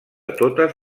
totes